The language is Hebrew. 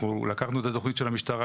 לקחנו את התכנית של המשטרה,